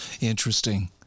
Interesting